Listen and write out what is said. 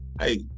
Hey